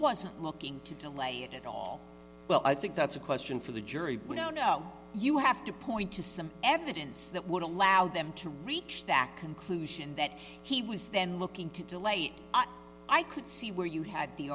wasn't looking to delay it at all well i think that's a question for the jury we now know you have to point to some evidence that would allow them to reach that conclusion that he was then looking to delay it i could see where you had the